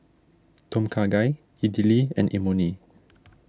Tom Kha Gai Idili and Imoni